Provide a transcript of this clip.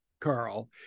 Carl